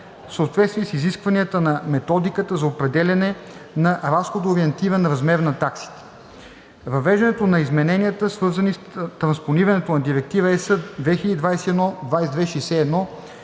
съответствие с изискванията на Методиката за определяне на разходоориентиран размер на таксите. Въвеждането на измененията, свързани с транспонирането на Директива (ЕС) 2021/2261,